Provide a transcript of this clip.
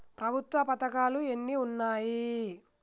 ప్రభుత్వ పథకాలు ఎన్ని ఉన్నాయి?